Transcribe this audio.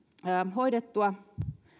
hoidettua